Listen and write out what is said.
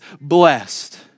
blessed